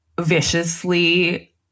viciously